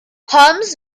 holmes